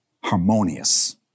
harmonious